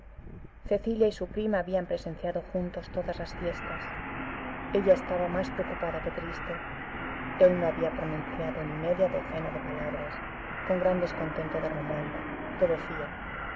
cecilia y su primo habían presenciado juntos todas las fiestas ella estaba más preocupada que triste él no había pronunciado ni media docena de palabras con gran descontento de romualda que decía